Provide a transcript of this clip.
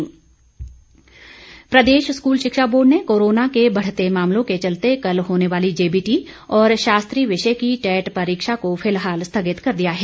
परीक्षा स्थगित प्रदेश स्कूल शिक्षा बोर्ड ने कोरोना के बढ़ते मामलों के चलते कल होने वाली जेबीटी और शास्त्री विषय की टैट परीक्षा को फिलहाल स्थगित कर दिया है